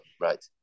right